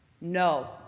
no